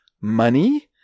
money